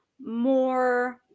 more